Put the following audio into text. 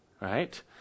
right